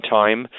time